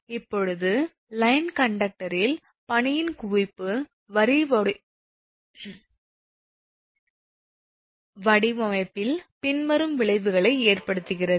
இப்போது லைன் கண்டக்டரில் பனியின் குவிப்பு வரி வடிவமைப்பில் பின்வரும் விளைவுகளை ஏற்படுத்துகிறது